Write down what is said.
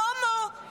קומו,